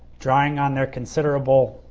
drawing on their considerable